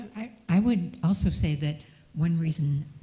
i would also say that one reason